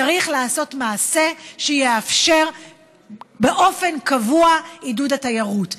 צריך לעשות מעשה שיאפשר באופן קבוע עידוד התיירות,